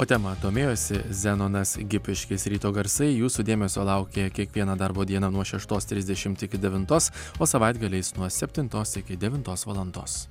o tema domėjosi zenonas gipiškis ryto garsai jūsų dėmesio laukia kiekvieną darbo dieną nuo šeštos trisdešimt iki devintos o savaitgaliais nuo septintos iki devintos valandos